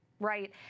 Right